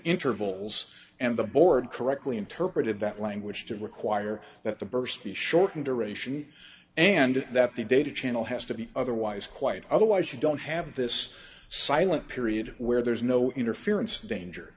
intervals and the board correctly interpreted that language to require that the burst be shortened duration and that the data channel has to be otherwise quite otherwise you don't have this silent period where there is no inner ference danger